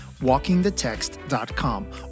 walkingthetext.com